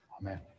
Amen